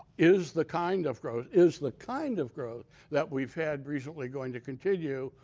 is the kind of growth, is the kind of growth that we've had recently going to continue,